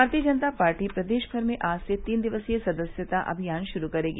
भारतीय जनता पार्टी प्रदेश भर में आज से तीन दिवसीय सदस्यता अभियान शुरू करेगी